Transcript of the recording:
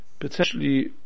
potentially